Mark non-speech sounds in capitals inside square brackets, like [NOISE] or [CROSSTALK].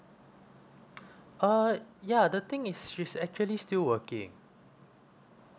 [BREATH] uh ya the thing is she's actually still working